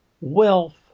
wealth